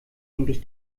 endlich